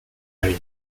areas